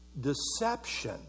deception